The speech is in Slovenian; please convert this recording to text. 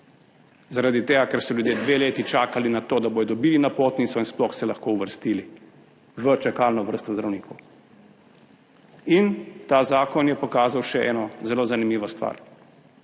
zaradi tega, ker so ljudje dve leti čakali na to, da bodo dobili napotnico in se sploh lahko uvrstili v čakalno vrsto zdravnikov. Ta zakon je pokazal še eno zelo zanimivo stvar